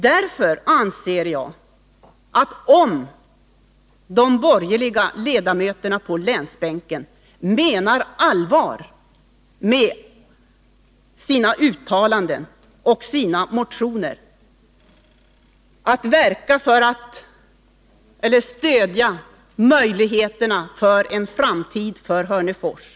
Därför anser jag, att om de borgerliga ledamöterna på länsbänken menar allvar med sina uttalanden och sina motioner, bör de verka för möjligheter till en framtid för Hörnefors.